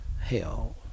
hell